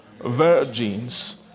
virgins